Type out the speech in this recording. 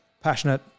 passionate